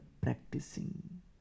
practicing